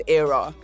era